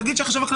תגיד שהוא טועה.